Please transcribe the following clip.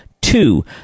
Two